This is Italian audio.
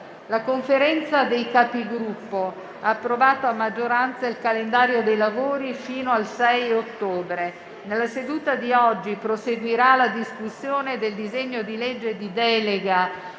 La Conferenza dei Capigruppo ha approvato a maggioranza il calendario dei lavori fino al 6 ottobre. Nella seduta di oggi proseguirà la discussione del disegno di legge di delega